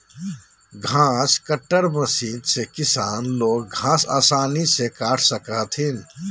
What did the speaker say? घास cutter machine से किसान लोग घास आसानी से काट सको हथिन